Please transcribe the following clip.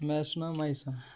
مےٚ حظ چھُ ناو میثَم